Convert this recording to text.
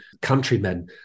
countrymen